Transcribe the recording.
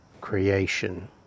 creation